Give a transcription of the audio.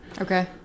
Okay